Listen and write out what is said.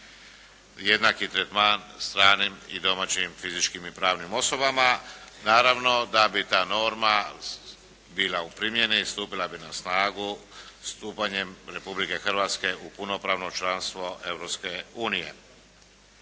jednaki tretman stranim i domaćim fizičkim i pravnim osobama. Naravno da bi ta norma bila u primjeni, stupila bi na snagu stupanjem Republike Hrvatske u punopravno članstvo